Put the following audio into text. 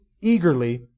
eagerly